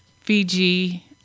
Fiji